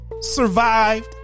survived